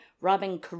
Robin